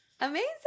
Amazing